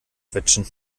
quetschen